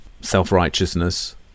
self-righteousness